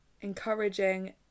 encouraging